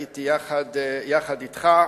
הייתי יחד אתך,